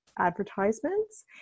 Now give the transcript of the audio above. advertisements